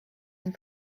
and